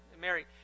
Mary